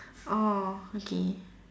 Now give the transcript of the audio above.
okay